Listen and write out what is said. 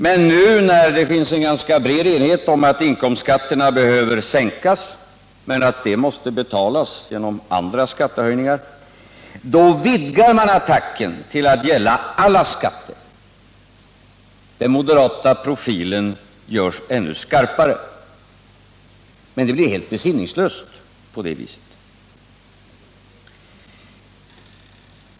Men nu, när det finns en ganska bred enighet om att inkomstskatterna behöver sänkas men att sänkningarna måste betalas genom andra skattehöjningar, vidgar moderaterna attacken till att gälla alla skatter. Den moderata profilen görs ännu skarpare. Men resonemanget blir på det viset helt besinningslöst.